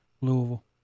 Louisville